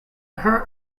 her